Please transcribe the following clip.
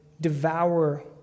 devour